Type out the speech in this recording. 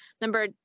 number